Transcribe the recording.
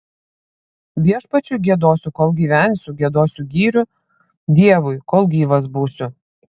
viešpačiui giedosiu kol gyvensiu giedosiu gyrių dievui kol gyvas būsiu